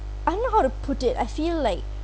I don't know how to put it I feel like